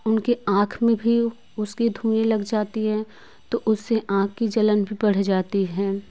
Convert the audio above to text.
उनके आँख में भी उसके धुएँ लग जाती है तो उससे आँख की जलन भी बढ़ जाती है